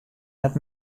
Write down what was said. net